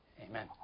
Amen